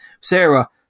Sarah